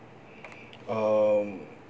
um